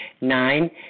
Nine